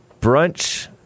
brunch